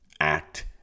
act